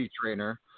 trainer